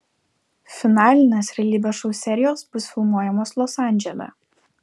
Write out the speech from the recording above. finalinės realybės šou serijos bus filmuojamos los andžele